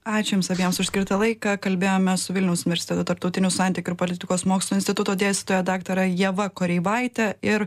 ačiū jums abiems už skirtą laiką kalbėjome su vilniaus universiteto tarptautinių santykių ir politikos mokslų instituto dėstytoja daktare ieva koreivaite ir